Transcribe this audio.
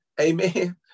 Amen